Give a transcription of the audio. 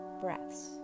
breaths